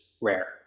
rare